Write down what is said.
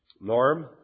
Norm